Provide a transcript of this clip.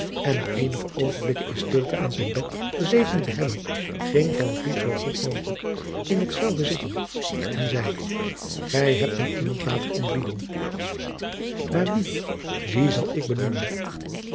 en na eenige oogenblikken in stilte aan zijn bed gezeten te hebben ging van vliet zoo goed mogelijk in hetzelve zitten en zeide gij hebt nu iemand laten ontbieden maar wien wien zal ik benoemen